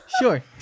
Sure